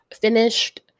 finished